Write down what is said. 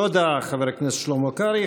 תודה, חבר הכנסת שלמה קרעי.